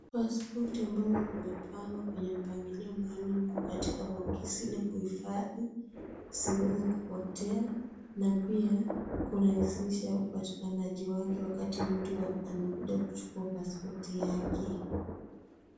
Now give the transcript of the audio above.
Pasipoti ambazo zimepangwa kwenye mpangilio maalum katika boksi la kuhifadhi usiweze kupotea na pia kuna kurahisisha upatikanaji wake wakati mtu amekuja kuchukua pasipoti yake.